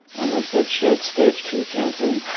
and they said she had stage two cancer.